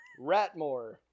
Ratmore